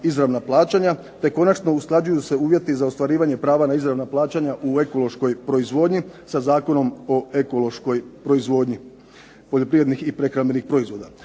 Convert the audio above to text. te konačno usklađuju se uvjeti za ostvarivanje prava na izravna plaćanja u ekološkoj proizvodnji sa Zakonom o ekološkoj proizvodnji poljoprivrednih i prehrambenih proizvoda.